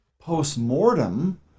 Post-mortem